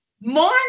More